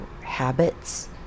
habits